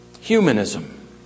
humanism